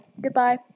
goodbye